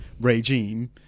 regime